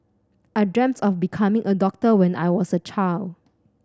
I dreamed of becoming a doctor when I was a child